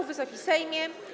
Wysoki Sejmie!